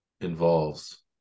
involves